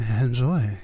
enjoy